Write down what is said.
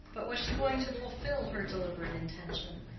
but was she going to fulfill her deliberate intention?